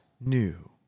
new